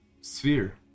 sphere